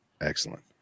Excellent